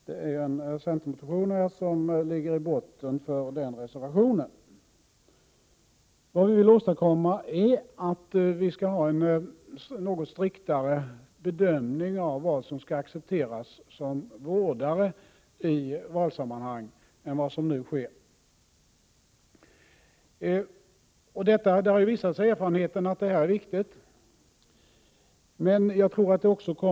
Det är en centermotion som ZH ligger bakom den reservationen. Det vi vill åstadkomma är en något striktare bedömning än vad som nu sker av vem som i valsammanhang skall accepteras som vårdare. Erfarenheten har visat att detta är viktigt.